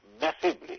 massively